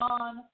on